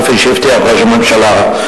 כפי שהבטיח ראש הממשלה.